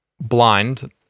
blind